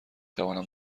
توانم